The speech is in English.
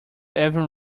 ever